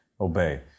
obey